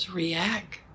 react